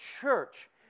church